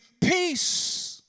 peace